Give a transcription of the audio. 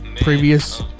previous